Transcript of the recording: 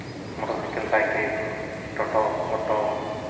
motor cycle cycle ᱴᱚᱴᱚ ᱚᱴᱚ